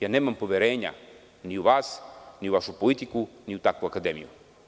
Ja nemam poverenja ni u vas ni u vašu politiku, ni u takvu akademiju.